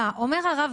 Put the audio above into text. הרב